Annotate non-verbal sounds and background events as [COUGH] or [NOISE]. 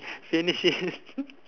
finish it [LAUGHS]